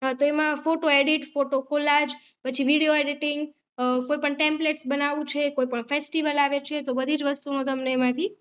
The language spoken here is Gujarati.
તો એમાં ફોટો એડિટ ફોટો કોલાજ પછી વિડીયો એડિટિંગ કોઈ પણ ટેમ્પલેટસ બનાવું છે કોઈપણ ફેસ્ટિવલ આવે છે તો બધી જ વસ્તુમાં તમને એમાંથી